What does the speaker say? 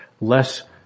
less